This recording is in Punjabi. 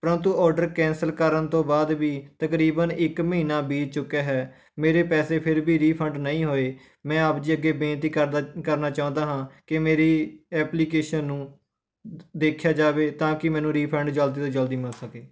ਪਰੰਤੂ ਓਡਰ ਕੈਂਸਲ ਕਰਨ ਤੋਂ ਬਾਅਦ ਵੀ ਤਕਰੀਬਨ ਇੱਕ ਮਹੀਨਾ ਬੀਤ ਚੁੱਕਿਆ ਹੈ ਮੇਰੇ ਪੈਸੇ ਫਿਰ ਵੀ ਰੀਫੰਡ ਨਹੀਂ ਹੋਏ ਮੈਂ ਆਪ ਜੀ ਅੱਗੇ ਬੇਨਤੀ ਕਰਦਾ ਕਰਨਾ ਚਾਹੁੰਦਾ ਹਾਂ ਕਿ ਮੇਰੀ ਐਪਲੀਕੇਸ਼ਨ ਨੂੰ ਦ ਦੇਖਿਆ ਜਾਵੇ ਤਾਂ ਕਿ ਮੈਨੂੰ ਰੀਫੰਡ ਜਲਦੀ ਤੋਂ ਜਲਦੀ ਮਿਲ ਸਕੇ